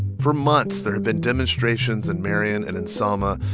for months, there have been demonstrations in marion and in selma.